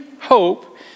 hope